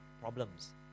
problems